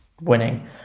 winning